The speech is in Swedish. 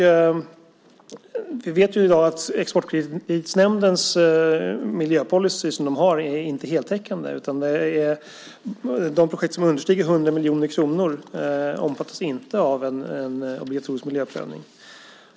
Vi vet i dag att Exportkreditnämndens miljöpolicy inte är heltäckande - projekt som understiger 100 miljoner kronor omfattas inte av en obligatorisk miljöprövning.